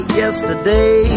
yesterday